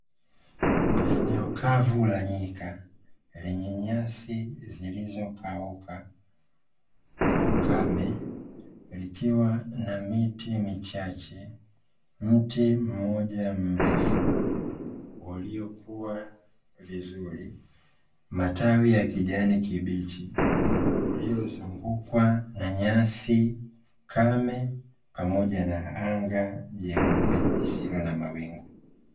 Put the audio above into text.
Eneo kavu la nyika, lenye nyasi zilizokauka kwa ukame, likiwa na miti michache, mti mmoja mrefu uliokuwa vizuri, matawi ya kijani kibichi, uliozungukwa na nyasi kame pamoja na anga jeupe lisilo na mawingu.